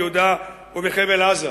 ביהודה ובחבל-עזה,